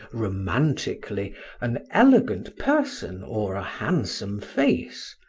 romantically an elegant person or a handsome face,